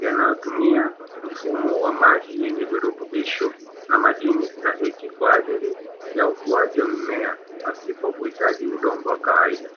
yanayotumia mfumo wa maji yenye virutubisho na madini stahiki kwa ajili ya ukuaji wa mimea pasipo kuhitaji udongo wa kawaida.